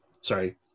sorry